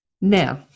now